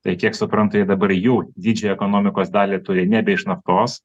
tai kiek suprantu jie dabar jų didžiąją ekonomikos dalį turi nebe iš naftos